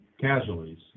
casualties